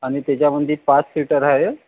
आणि त्याच्यामध्ये पाच सिटर आहे